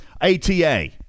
ATA